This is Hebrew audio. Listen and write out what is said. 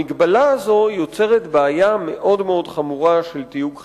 המגבלה הזאת יוצרת בעיה מאוד חמורה של תיוג חברתי.